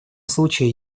случае